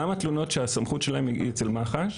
גם התלונות שהסמכות שלהן היא אצל מח"ש.